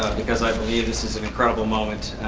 because i believe this is an incredible moment.